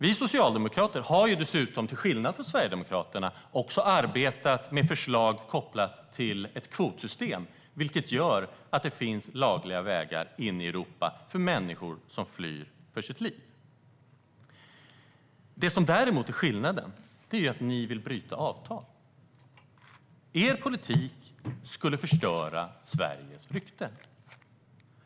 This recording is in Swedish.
Vi socialdemokrater har dessutom, till skillnad från Sverigedemokraterna, arbetat med förslag kopplat till ett kvotsystem, vilket gör att det finns lagliga vägar in i Europa för människor som flyr för sitt liv. En annan skillnad är att ni vill bryta avtal. Er politik skulle förstöra Sveriges rykte.